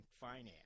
finance